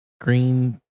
Green